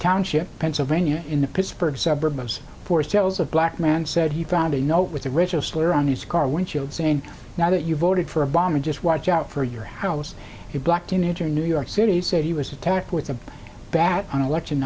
township pennsylvania in the pittsburgh suburbs forced sales of black man said he found a note with a racial slur on his car windshield saying now that you voted for obama just watch out for your house you black teenager new york city said he was attacked with a bat on election